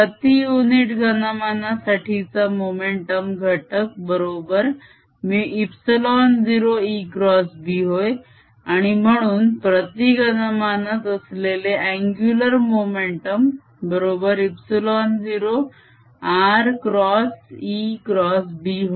प्रती युनिट घनमानासाठीचा मोमेंटम घटक बरोबर ε0ExB होय आणि म्हणून प्रती घनमानात असलेले अन्गुलर मोमेंटम बरोबर ε0 r xExB होय